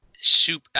soup